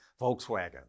Volkswagen